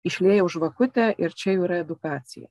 išliejau žvakutę ir čia jau yra edukacija